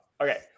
okay